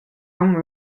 aunc